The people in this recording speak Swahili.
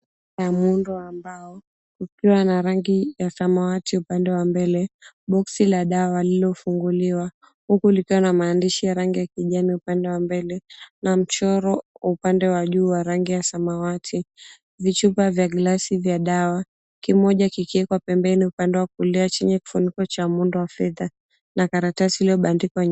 Meza ya muundo wa mbao kukiwa na rangi ya samawati upande wa mbele. Boxi la dawa lililofunguliwa huku likiwa na maandishi ya rangi ya kijani upande wa mbele na mchoro upande wa juu wa rangi ya samawati. Vichupa vya glasi vya dawa kimoja kikiwekwa pembeni upande wa kulia chenye kifuniko muundo wa fedha na karatasi iliyobandikwa.